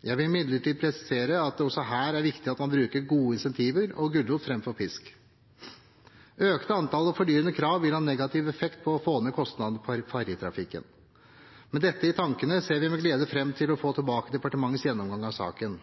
Jeg vil imidlertid presisere at det også her er viktig at man bruker gode incentiver og gulrot framfor pisk. Økt antall og fordyrende krav vil ha negativ effekt på å få ned kostnadene for ferjetrafikken. Med dette i tankene ser vi med glede fram til å få tilbake departementets gjennomgang av saken.